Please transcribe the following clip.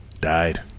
died